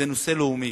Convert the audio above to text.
זה נושא לאומי,